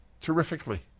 terrifically